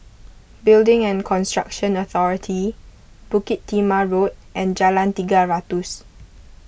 Building and Construction Authority Bukit Timah Road and Jalan Tiga Ratus